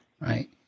right